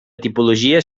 tipologia